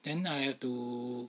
then I have to